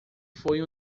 foi